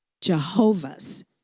Jehovah's